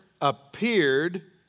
appeared